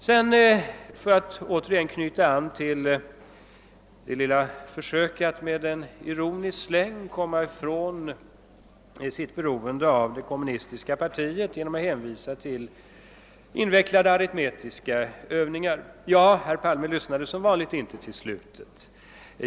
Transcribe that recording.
Sedan knyter jag återigen an till herr Palmes lilla försök att med en ironisk släng komma ifrån sitt beroende av det kommunistiska partiet genom att hänvisa till invecklade aritmetiska övningar. Herr Palme lyssnade som vanligt inte till slut.